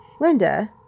Linda